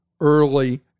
early